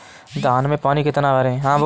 धान में पानी कितना भरें?